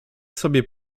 sobie